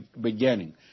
beginning